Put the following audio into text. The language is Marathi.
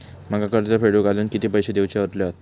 माका कर्ज फेडूक आजुन किती पैशे देऊचे उरले हत?